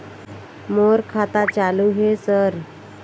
मोर खाता चालु हे सर?